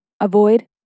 avoid